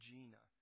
Gina